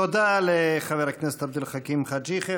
תודה לחבר הכנסת עבד אל חכים חאג' יחיא.